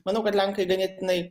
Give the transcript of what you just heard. manau kad lenkai ganėtinai